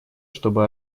чтобы